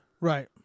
Right